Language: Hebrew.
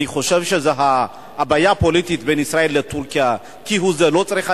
אני חושב שהבעיה הפוליטית בין ישראל לטורקיה כהוא-זה לא צריכה